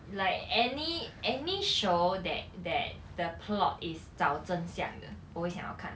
like any any show that that the plot is 找真相的我会想要看